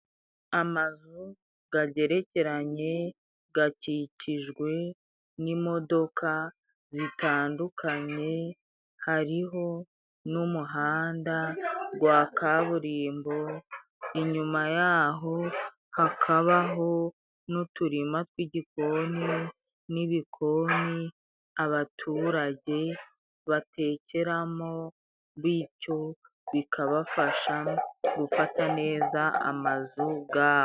Amazu gagerekeranye gakikijwe n'imodoka zitandukanye, hariho n'umuhanda gwa kaburimbo, inyuma yaho hakabaho n'uturima tw'igikoni n'ibikoni abaturage batekeramo bityo bikabafasha gufata neza amazu gabo.